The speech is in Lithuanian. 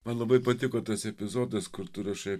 man labai patiko tas epizodas kur tu rašai